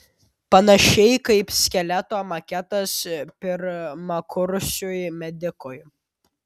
panašiai kaip skeleto maketas pirmakursiui medikui